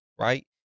Right